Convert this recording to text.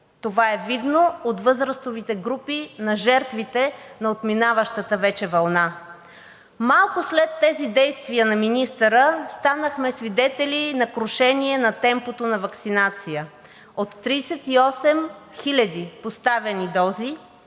Това е видно от възрастовите групи на жертвите на отминаващата вече вълна. Малко след тези действия на министъра станахме свидетели на крушение на темпото на ваксинация – от 38 хиляди поставени дози